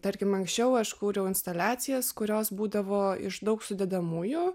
tarkim anksčiau aš kūriau instaliacijas kurios būdavo iš daug sudedamųjų